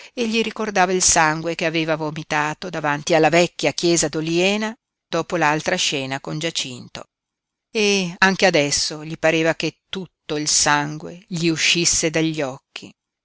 notte egli ricordava il sangue che aveva vomitato davanti alla vecchia chiesa d'oliena dopo l'altra scena con giacinto e anche adesso gli pareva che tutto il sangue gli uscisse dagli occhi